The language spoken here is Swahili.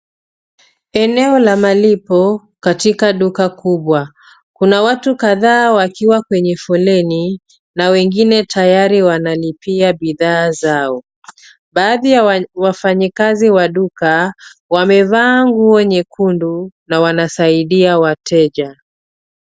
Eneo la malipo katika duka kubwa. Kuna watu kadhaa wakiwa kwenye foleni na wengine tayari wanalipia bidhaa zao. Baadhi ya wafanyikazi wa duka wamevaa nguo nyekundu na wanasaidia wateja.